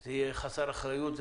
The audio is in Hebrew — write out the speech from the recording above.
זה יהיה חסר אחריות.